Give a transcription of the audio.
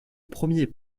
premier